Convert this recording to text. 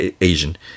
Asian